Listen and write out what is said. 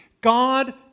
God